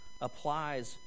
applies